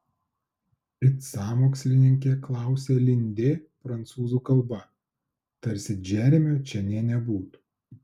it sąmokslininkė klausia lindė prancūzų kalba tarsi džeremio čia nė nebūtų